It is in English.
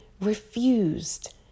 refused